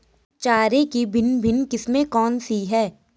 चारे की भिन्न भिन्न किस्में कौन सी हैं?